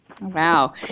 Wow